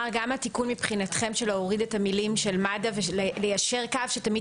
גם התיקון של להוריד את המילים מד"א וליישר קו שתמיד